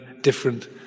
different